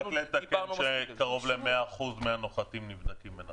רק לתקן שקרוב למאה אחוז מהנוחתים נבדקים בנתב"ג.